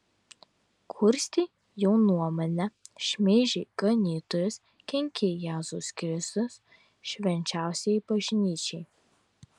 kurstei jaunuomenę šmeižei ganytojus kenkei jėzaus kristaus švenčiausiajai bažnyčiai